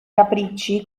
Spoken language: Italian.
capricci